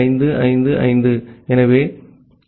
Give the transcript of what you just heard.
ஆகவே இது டி